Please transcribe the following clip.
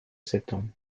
symptôme